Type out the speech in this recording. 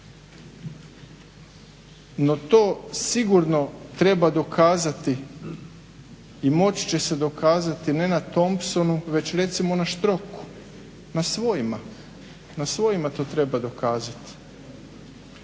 No to sigurno treba dokazati i moći će se dokazati ne na Thompsonu već recimo na Štroku, na svojima, na svojima to treba dokazati.